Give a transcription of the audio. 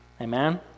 amen